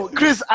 Chris